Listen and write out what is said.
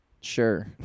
Sure